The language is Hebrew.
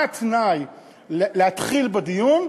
מה התנאי להתחיל בדיון?